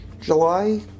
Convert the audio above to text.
July